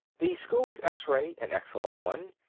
the school's x-ray, an excellent one,